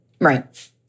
Right